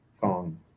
Kong